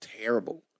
terrible